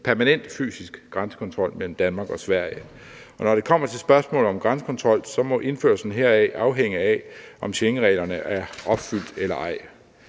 permanent fysisk grænsekontrol mellem Danmark og Sverige, og når det kommer til spørgsmål om grænsekontrol, må indførelsen heraf afhænge af, om Schengenreglerne er opfyldt eller ej.